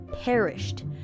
perished